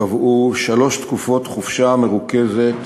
קבעו שלוש תקופות חופשה מרוכזת